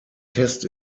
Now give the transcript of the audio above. test